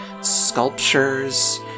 sculptures